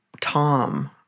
Tom